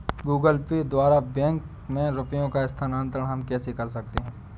Google Pay द्वारा bank में रुपयों का स्थानांतरण हम कैसे कर सकते हैं?